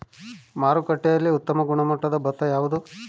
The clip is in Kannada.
ಮಾರುಕಟ್ಟೆಯಲ್ಲಿ ಉತ್ತಮ ಗುಣಮಟ್ಟದ ಭತ್ತ ಯಾವುದು?